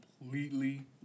completely